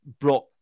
brought